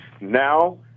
Now